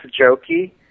jokey